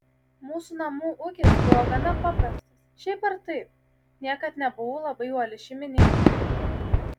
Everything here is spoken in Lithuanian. mūsų namų ūkis buvo gana paprastas šiaip ar taip niekad nebuvau labai uoli šeimininkė